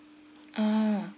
ah